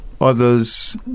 others